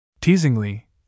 teasingly